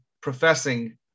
professing